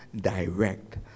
direct